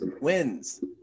wins